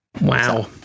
Wow